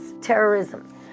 terrorism